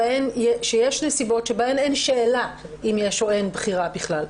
שיש נסיבות שבהן אין שאלה אם יש או אין בחירה בכלל.